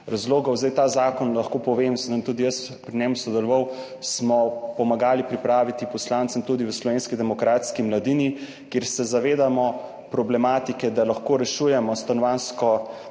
razlogov. Ta zakon, lahko povem, da sem tudi jaz pri njem sodeloval, smo pomagali pripraviti poslancem tudi v Slovenski demokratski mladini, kjer se zavedamo tega, da lahko rešujemo stanovanjsko